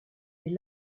est